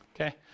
Okay